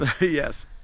Yes